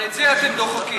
אבל את זה אתם דוחקים.